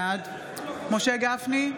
בעד משה גפני,